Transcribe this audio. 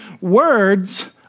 words